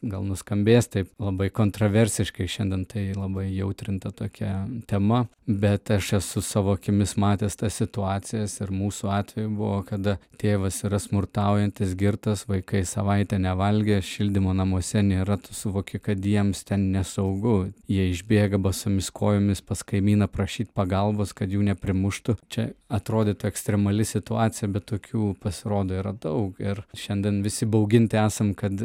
gal nuskambės taip labai kontroversiškai šiandien tai labai įjautrinta tokia tema bet aš esu savo akimis matęs tas situacijas ir mūsų atveju buvo kada tėvas yra smurtaujantis girtas vaikai savaitę nevalgę šildymo namuose nėra tu suvoki kad jiems ten nesaugu jie išbėga basomis kojomis pas kaimyną prašyt pagalbos kad jų neprimuštų čia atrodytų ekstremali situacija bet tokių pasirodo yra daug ir šiandien visi įbauginti esam kad